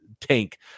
tank